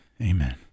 Amen